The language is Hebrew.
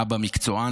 אבא מקצוען,